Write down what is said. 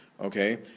okay